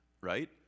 right